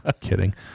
kidding